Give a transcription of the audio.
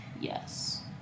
Yes